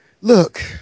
Look